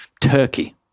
Turkey